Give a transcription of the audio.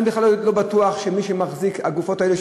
אני בכלל לא בטוח שמי שמחזיק בגופות האלה,